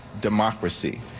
democracy